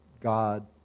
God